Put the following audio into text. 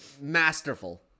masterful